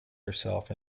herself